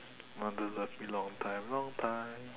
no the the long time wrong time